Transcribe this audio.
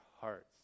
hearts